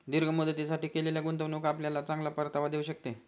दीर्घ मुदतीसाठी केलेली गुंतवणूक आपल्याला चांगला परतावा देऊ शकते